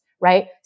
right